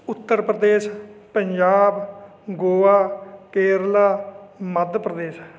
Uttar Pradesh Punjab Goa Kerala Madhya Pradesh